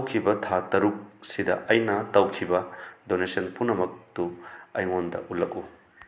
ꯍꯧꯈꯤꯕ ꯊꯥ ꯇꯔꯨꯛ ꯁꯤꯗ ꯑꯩꯅ ꯇꯧꯈꯤꯕ ꯗꯣꯅꯦꯁꯟ ꯄꯨꯝꯅꯃꯛ ꯇꯨ ꯑꯩꯉꯣꯟꯗ ꯎꯠꯂꯛꯎ